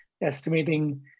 estimating